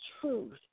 truth